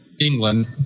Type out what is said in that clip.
England